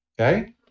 Okay